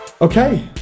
okay